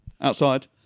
outside